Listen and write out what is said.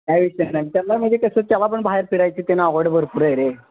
त्याला म्हणजे कसं त्याला पण बाहेर फिरायची ते ना आवड भरपूर आहे रे